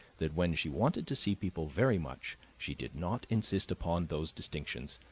that when she wanted to see people very much she did not insist upon those distinctions,